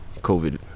COVID